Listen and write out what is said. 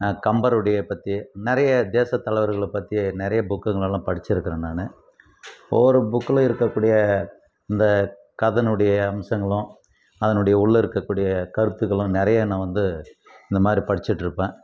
கம்பருடைய பற்றி நெறைய தேசத்தலைவர்களை பற்றி நிறைய புக்குங்களெல்லாம் படிச்சிருக்கிறேன் நான் ஒவ்வொரு புக்கில் இருக்கக்கூடிய இந்த கதையினுடைய அம்சங்களும் அதனுடைய உள்ள இருக்கக்கூடிய கருத்துகளும் நிறைய நான் வந்து இந்தமாதிரி படிச்சிகிட்ருப்பேன்